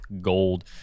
gold